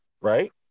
right